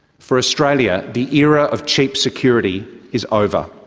for australia, the era of cheap security is over.